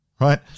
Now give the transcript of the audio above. right